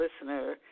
listener